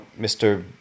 mr